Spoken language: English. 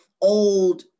old